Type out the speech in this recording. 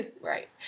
Right